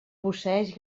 posseeix